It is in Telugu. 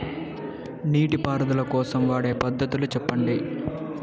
నీటి పారుదల కోసం వాడే పద్ధతులు సెప్పండి?